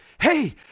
Hey